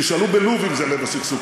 תשאלו בלוב אם זה לב הסכסוך,